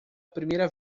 primeira